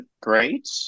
great